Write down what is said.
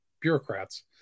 bureaucrats